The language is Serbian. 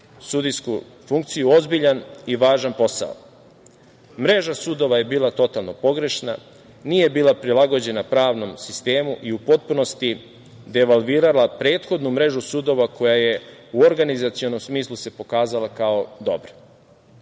sudijsku funkciju, ozbiljan i važan posao. Mreža sudova je bila totalno pogrešna, nije bila prilagođena pravnom sistemu i u potpunosti devalvirala prethodnu mrežu sudova koja se u organizacionom smislu pokazala kao